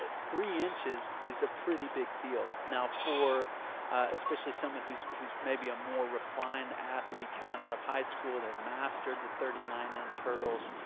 ah three inches is a pretty big deal. now, for especially someone who's who's maybe a more refined athlete coming out of high school, they mastered the thirty nine inch hurdles.